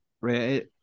right